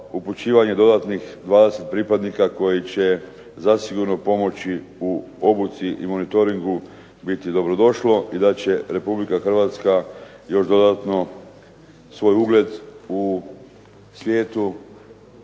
upućivanje 20 pripadnika koja će zasigurno pomoći u obuci i monitoringu biti dobro došlo i da će Republika Hrvatska sigurno svoj ugled u svijetu